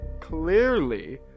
Clearly